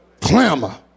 clamor